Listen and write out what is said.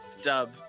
dub